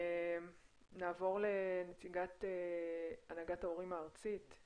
נעבור לנציגת הנהגת ההורים הארצית,